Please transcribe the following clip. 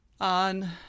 on